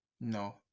No